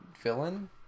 villain